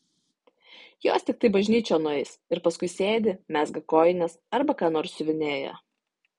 jos tiktai bažnyčion nueis ir paskui sėdi mezga kojines arba ką nors siuvinėja